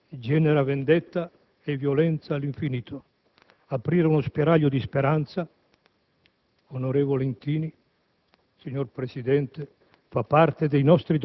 nelle aree martoriate della Terra genera vendetta e violenza all'infinito. Aprire uno spiraglio di speranza, onorevole Intini,